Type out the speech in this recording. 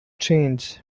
trains